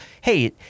hey